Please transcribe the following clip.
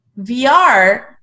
VR